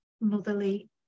motherly